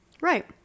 Right